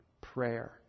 prayer